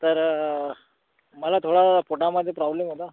तर मला थोडा पोटामध्ये प्रॉब्लेम होता